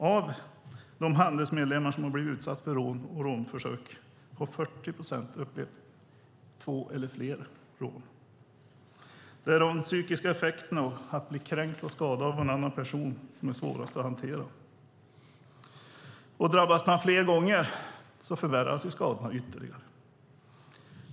Av de Handelsmedlemmar som har blivit utsatta för rån och rånförsök har 40 procent upplevt två eller fler rån. De psykiska effekterna av att bli kränkt och skadad av en annan person är det som är svårast att hantera. Drabbas man fler gånger förvärras skadorna ytterligare.